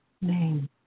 name